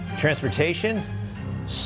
Transportation